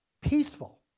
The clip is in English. peaceful